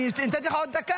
אני נתתי לך עוד דקה.